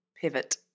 Pivot